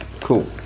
Cool